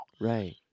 Right